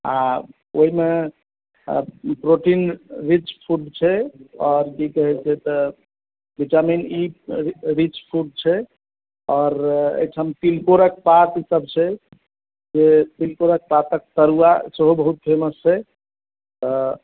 आ ओहिमे protein rich food छै आ की कहैत छै तऽ विटामिन ई रीच फूड छै आओर एहिठाम तिलकोरक पातसभ छै से तिलकोरक पातक तरुआ सेहो बहुत फेमस छै